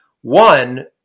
One